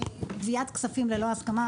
גביית כספים ללא הסכמה,